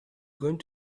going